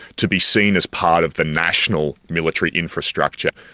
to be seen as part of the national military infrastructure.